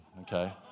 okay